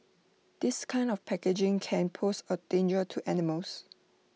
this kind of packaging can pose A danger to animals